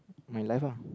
my life ah